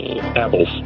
Apples